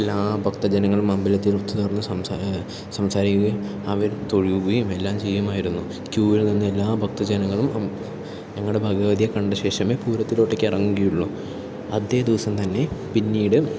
എല്ലാ ഭക്തജനങ്ങളും അമ്പലത്തിൽ ഒത്തുചേർന്ന് സംസാരിക്കുകയും അവർ തൊഴുകയും എല്ലാം ചെയ്യുമായിരുന്നു ക്യൂവിൽ നിന്ന് എല്ലാ ഭക്തജനങ്ങളും ഞങ്ങളുടെ ഭഗവതിയെക്കണ്ട ശേഷമേ പൂരത്തിലോട്ടോക്കെ ഇറങ്ങുകയുളളൂ അതേദിവസം തന്നെ പിന്നീട്